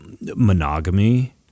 monogamy